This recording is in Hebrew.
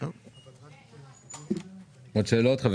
עוד שאלות?